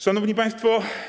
Szanowni Państwo!